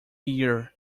year